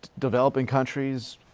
developing countries.